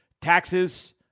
taxes